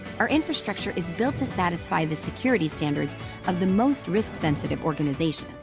our infrastructure is built to satisfy the security standards of the most risk-sensitive organizations.